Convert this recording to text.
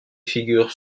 figures